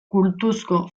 kultuzko